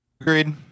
agreed